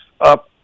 up